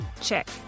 Check